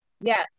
Yes